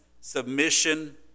submission